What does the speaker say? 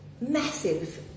massive